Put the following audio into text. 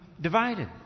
divided